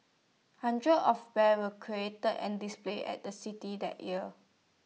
hundreds of bears were created and displayed at the city that year